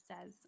says